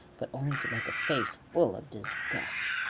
but only to make a face full of disgust.